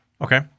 Okay